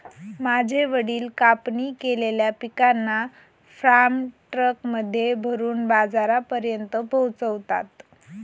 माझे वडील कापणी केलेल्या पिकांना फार्म ट्रक मध्ये भरून बाजारापर्यंत पोहोचवता